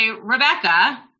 Rebecca